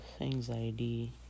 anxiety